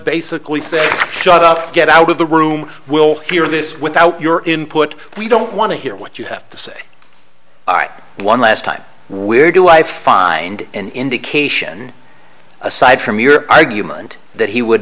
basically say shut up get out of the room we'll hear this without your input we don't want to hear what you have to say i won last time where do i find an indication aside from your argument that he would